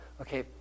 okay